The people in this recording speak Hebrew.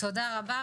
תודה רבה,